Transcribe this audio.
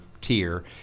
tier